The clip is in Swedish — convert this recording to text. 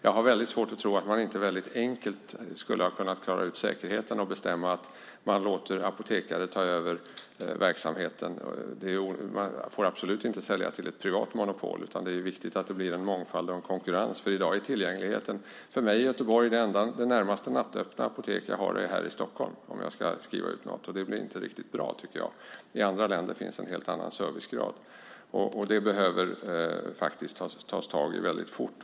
Jag har väldigt svårt att tro att man inte enkelt skulle ha kunnat klara ut säkerheten och bestämma att man låter apotekare ta över verksamheten. Man får absolut inte sälja till ett privat monopol, utan det är viktigt att det blir mångfald och konkurrens. I dag är tillgängligheten inte riktigt bra. För mig i Göteborg finns det närmaste nattöppna apoteket i Stockholm om jag ska skriva ut något. I andra länder finns en helt annan servicegrad. Detta behöver man ta tag i väldigt fort.